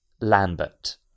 Lambert